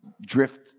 drift